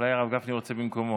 אולי הרב גפני רוצה במקומו?